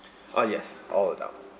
ah yes all adults